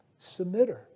Submitter